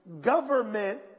government